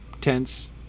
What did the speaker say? tense